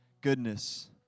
goodness